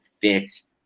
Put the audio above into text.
fits